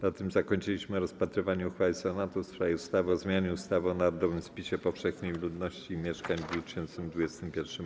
Na tym zakończyliśmy rozpatrywanie uchwały Senatu w sprawie ustawy o zmianie ustawy o narodowym spisie powszechnym ludności i mieszkań w 2021 r.